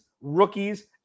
rookies